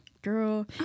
girl